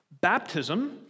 Baptism